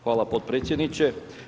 Hvala potpredsjedniče.